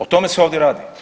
O tome se ovdje radi.